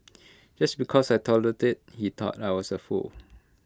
just because I tolerated he thought I was the fool